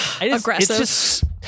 aggressive